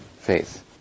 faith